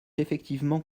effectivement